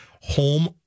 home